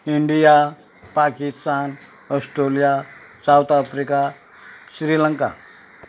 India Pakistan Australia South Africa Sri Lanka